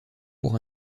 pour